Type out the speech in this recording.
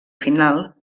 final